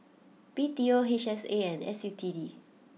B T O H S A and S U T D